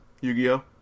Yu-Gi-Oh